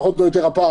זה פחות או יותר הפער.